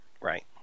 Right